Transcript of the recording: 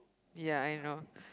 ya I know